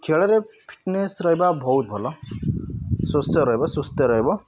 ଖେଳରେ ଫିଟନେସ୍ ରହିବା ବହୁତ ଭଲ ସ୍ଵସ୍ଥ ରହିବ ସୁସ୍ଥ ରହିବ